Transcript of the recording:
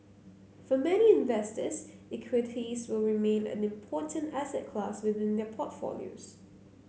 for many investors equities will remain an important asset class within their portfolios